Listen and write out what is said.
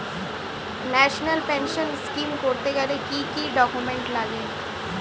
National pension scheme করতে গেলে কি কি ডকুমেন্ট লাগে?